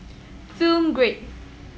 Film Grade